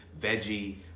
veggie